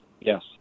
Yes